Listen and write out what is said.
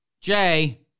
Jay